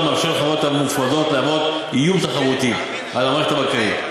ומאפשר לחברות המופרדות להוות איום תחרותי על המערכת הבנקאית.